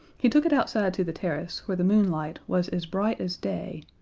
he took it outside to the terrace, where the moonlight was as bright as day,